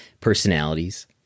personalities